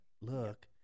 look